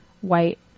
white